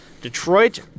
Detroit